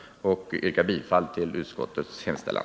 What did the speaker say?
Jag yrkar bifall till utskottets hemställan.